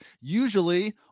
usually